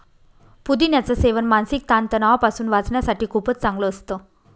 पुदिन्याच सेवन मानसिक ताण तणावापासून वाचण्यासाठी खूपच चांगलं असतं